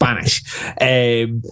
Spanish